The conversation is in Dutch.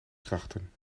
krachten